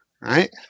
Right